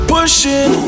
Pushing